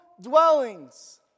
dwellings